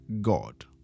God